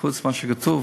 חוץ ממה שכתוב: